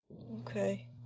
okay